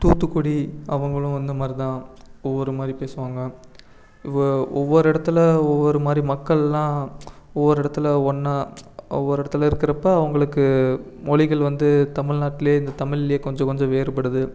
தூத்துக்குடி அவங்களும் அந்த மாதிரி தான் ஒவ்வொரு மாதிரி பேசுவாங்க ஒவ்வொரு இடத்துல ஒவ்வொருமாதிரி மக்கள்லாம் ஒவ்வொரு இடத்துல ஒன்னா ஒவ்வொரு இடத்துல இருக்கிறப்ப அவங்களுக்கு மொழிகள் வந்து தமிழ்நாட்டில் இந்த தமிழ் கொஞ்சம் கொஞ்சம் வேறுபடுது